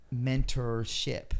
mentorship